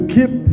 Keep